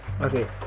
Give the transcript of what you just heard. okay